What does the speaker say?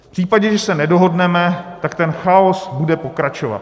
V případě, že se nedohodneme, tak ten chaos bude pokračovat.